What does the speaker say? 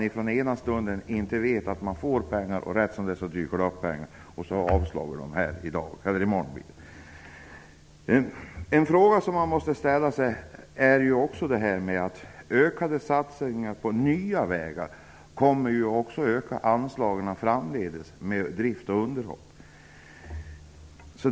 I den ena stunden vet man inte om att man får pengar, och i den andra stunden dyker det upp pengar, vilket man kommer att avslå. Ökade satsningar på nya vägar kommer också att öka anslagen framledes för drift och underhåll.